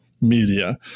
media